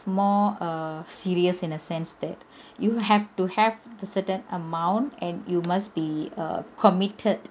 more err serious in a sense that you have to have the certain amount and you must be err committed